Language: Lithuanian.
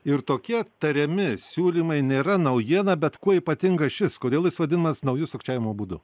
ir tokie tariami siūlymai nėra naujiena bet kuo ypatingas šis kodėl jis vadinamas nauju sukčiavimo būdu